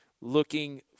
Looking